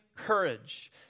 Courage